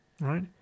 right